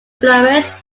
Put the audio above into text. plumage